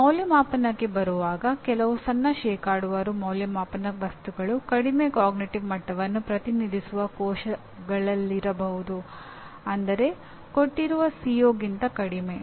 ಅಂದಾಜುವಿಕೆಗೆ ಬರುವಾಗ ಕೆಲವು ಸಣ್ಣ ಶೇಕಡಾವಾರು ಅಂದಾಜುವಿಕೆಯ ವಸ್ತುಗಳು ಕಡಿಮೆ ಪರಿಣಾಮ ಮಟ್ಟವನ್ನು ಪ್ರತಿನಿಧಿಸುವ ಕೋಶಗಳಲ್ಲಿರಬಹುದು ಅಂದರೆ ಕೊಟ್ಟಿರುವ CO ಗಿಂತ ಕಡಿಮೆ